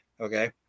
Okay